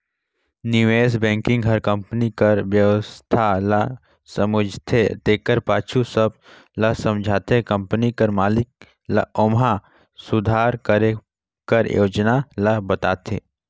निवेस बेंकिग हर कंपनी कर बेवस्था ल समुझथे तेकर पाछू सब ल समुझत कंपनी कर मालिक ल ओम्हां सुधार करे कर योजना ल बताथे